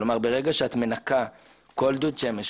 כלומר ברגע שאת מנכה כל דוד שמש,